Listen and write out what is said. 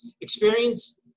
experience